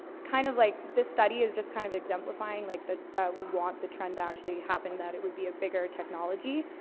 kind of like this study is just kind of exemplifying, like, that, that we want the trend to actually happen, that it would be a bigger technology.